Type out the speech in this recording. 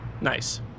Nice